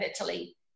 Italy